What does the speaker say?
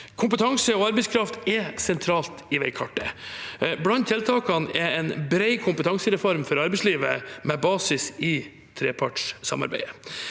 Kompetanse og arbeidskraft er sentralt i veikartet. Blant tiltakene er en bred kompetansereform for arbeidslivet, med basis i trepartssamarbeidet.